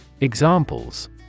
Examples